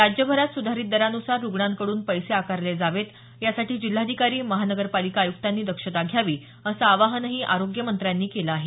राज्यभरात सुधारित दरानुसार रुग्णांकडून पैसे आकारले जावेत यासाठी जिल्हाधिकारी महापालिका आय्क्तांनी दक्षता घ्यावी असं आवाहन आरोग्यमंत्र्यांनी केलं आहे